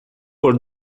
por